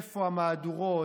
איפה המהדורות?